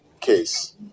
case